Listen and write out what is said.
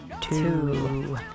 two